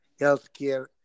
healthcare